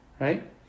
right